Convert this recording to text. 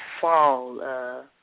fall